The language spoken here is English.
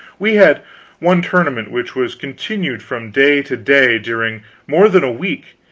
we had one tournament which was continued from day to day during more than a week,